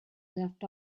left